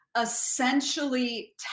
essentially